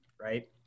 right